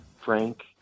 Frank